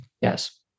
Yes